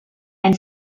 and